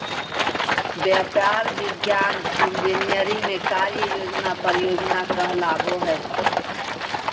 व्यापार, विज्ञान, इंजीनियरिंग में कार्य योजना परियोजना कहलाबो हइ